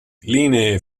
linee